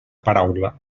paraula